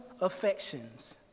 affections